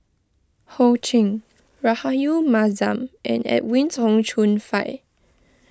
Ho Ching Rahayu Mahzam and Edwin Tong Chun Fai